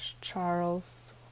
Charles